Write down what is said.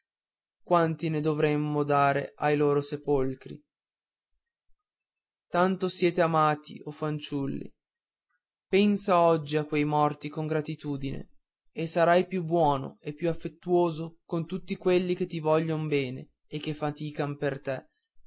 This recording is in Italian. quanti ne dovremmo dare ai loro sepolcri tanto siete amati o fanciulli pensa oggi a quei morti con gratitudine e sarai più buono e più affettuoso con tutti quelli che ti voglion bene e che fatican per te